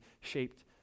shaped